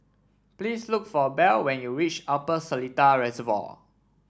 please look for Bell when you reach Upper Seletar Reservoir